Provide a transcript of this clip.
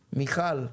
מיכל,